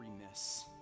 remiss